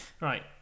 Right